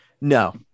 No